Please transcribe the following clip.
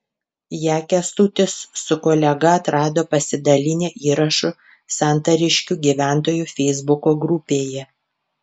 ją kęstutis su kolega atrado pasidalinę įrašu santariškių gyventojų feisbuko grupėje